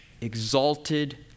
exalted